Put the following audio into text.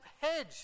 hedge